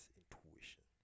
intuition